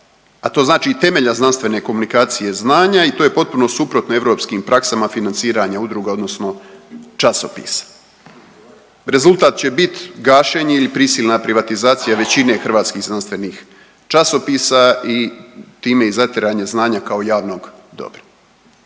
a to znači i temelja znanstvene komunikacije znanja i to je potpuno suprotno europskim praksama financiranja udruga, odnosno časopisa. Rezultat će bit gašenje ili prisilna privatizacija većine hrvatskih znanstvenih časopisa i time i zatiranje znanja kao javnog dobra.